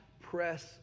press